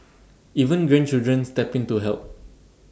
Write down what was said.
even grandchildren step in to help